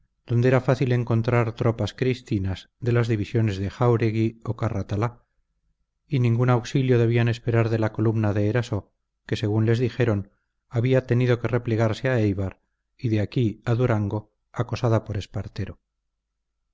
donde era fácil encontrar tropas cristinas de las divisiones de jáuregui o carratalá y ningún auxilio debían esperar de la columna de eraso que según les dijeron había tenido que replegarse a éibar y de aquí a durango acosada por espartero